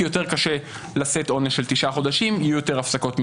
יותר קשה לשאת עונש של תשעה חודשים ויהיו יותר הפסקות מינהליות.